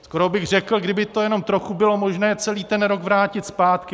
Skoro bych řekl, kdyby to jenom trochu bylo možné, celý ten rok vrátit zpátky.